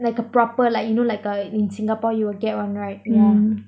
like a proper like you know like uh in singapore you will get one right yeah